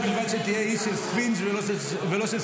ובלבד שתהיה איש של ספינג' ולא של סופגניות.